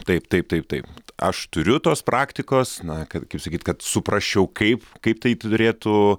taip taip taip taip aš turiu tos praktikos na kad kaip sakyti kad suprasčiau kaip kaip tai turėtų